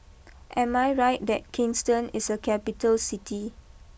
am I right that Kingston is a capital City